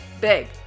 big